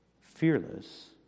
fearless